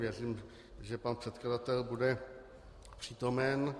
Věřím, že pan předkladatel bude přítomen.